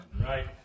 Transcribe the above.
Right